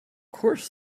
course